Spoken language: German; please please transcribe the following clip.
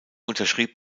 unterschrieb